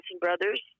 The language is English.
brothers